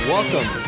Welcome